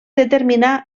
determinar